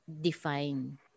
define